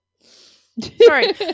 Sorry